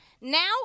Now